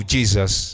Jesus